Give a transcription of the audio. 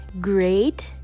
great